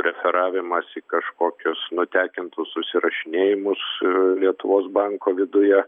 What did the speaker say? referavimas į kažkokius nutekintus susirašinėjimus lietuvos banko viduje